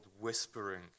whispering